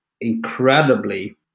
incredibly